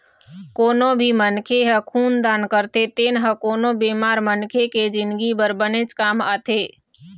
कोनो भी मनखे ह खून दान करथे तेन ह कोनो बेमार मनखे के जिनगी बर बनेच काम आथे